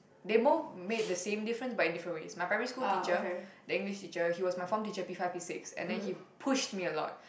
they both made the same difference but in different ways my primary school teacher the English teacher he was my form teacher P five P six and then he pushed me a lot